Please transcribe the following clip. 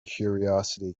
curiosity